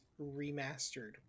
remastered